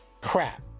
crap